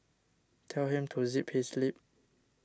tell him to zip his lip